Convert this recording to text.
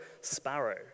sparrow